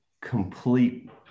complete